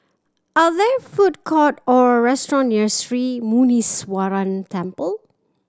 are there food court or restaurant near Sri Muneeswaran Temple